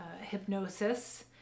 hypnosis